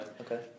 Okay